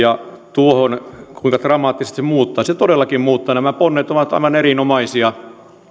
tuohon kuinka dramaattisesti muuttaa se todellakin muuttaa nämä ponnet ovat aivan erinomaisia